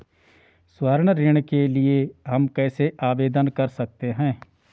स्वर्ण ऋण के लिए हम कैसे आवेदन कर सकते हैं?